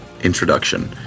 introduction